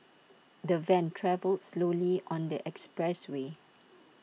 the van travelled slowly on the expressway